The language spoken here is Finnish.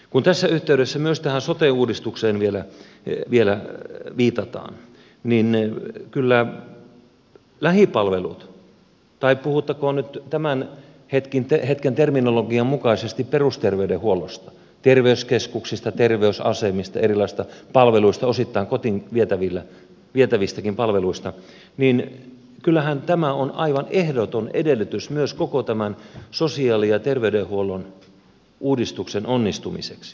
kun tässä yhteydessä myös tähän sote uudistukseen vielä viitataan niin kyllähän lähipalvelut tai puhuttakoon nyt tämän hetken terminologian mukaisesti perusterveydenhuollosta terveyskeskuksista terveysasemista erilaisista palveluista osittain kotiin vietävistäkin palveluista ovat aivan ehdoton edellytys myös koko tämän sosiaali ja terveydenhuollon uudistuksen onnistumiseksi